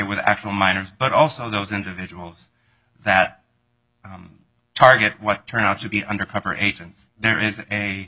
with actual minors but also those individuals that target what turned out to be undercover agents there is a